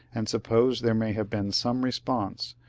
and suppose there may have been some response,